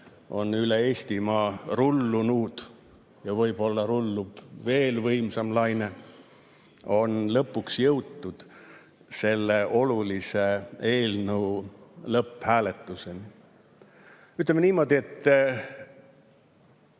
on üle Eestimaa rullunud ja võib-olla rullub veel võimsam laine, on lõpuks jõutud selle olulise eelnõu lõpphääletuseni. Ütleme niimoodi: hea,